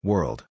World